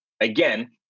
Again